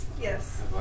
Yes